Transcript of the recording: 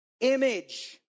image